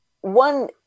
one